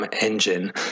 engine